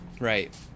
Right